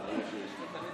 פינדרוס.